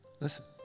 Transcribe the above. listen